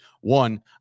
One